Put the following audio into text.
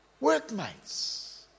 workmates